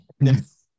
Yes